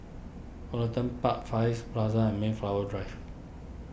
Woollerton Park Far East Plaza and Mayflower Drive